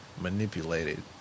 manipulated